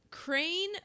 Crane